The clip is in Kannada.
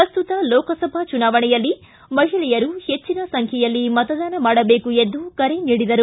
ಪ್ರಸ್ತುತ ಲೋಕಸಭಾ ಚುನಾವಣೆಯಲ್ಲಿ ಮಹಿಳೆಯರು ಹೆಚ್ಚಿನ ಸಂಖ್ಯೆಯಲ್ಲಿ ಮತದಾನ ಮಾಡಬೇಕು ಎಂದು ಕರೆ ನೀಡಿದರು